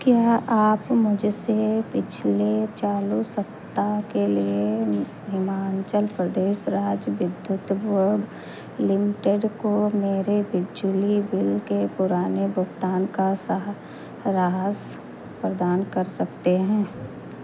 क्या आप मुझसे पिछले चालू सप्ताह के लिए हिमाचल प्रदेश राज्य विद्युत बोर्ड लिमिटेड को मेरे बिजली बिल के पुराने भुगतान का सारांश प्रदान कर सकते हैं